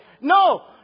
No